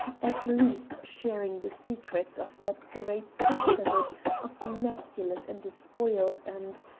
at least sharing the secrets of that great sisterhood of immaculate and despoiled, and,